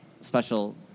special